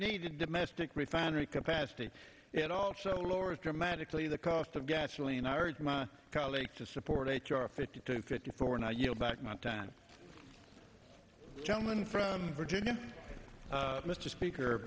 need to domestic refinery capacity it also lowers dramatically the cost of gasoline i urge my colleagues to support h r fifty two fifty four and i you know back my time gentleman from virginia mr speaker